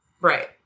Right